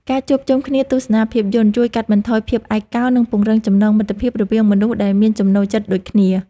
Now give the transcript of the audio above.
ការជួបជុំគ្នាទស្សនាភាពយន្ត ជួយកាត់បន្ថយភាពឯកោ និងពង្រឹងចំណងមិត្តភាពរវាងមនុស្សដែលមានចំណូលចិត្តដូចគ្នា។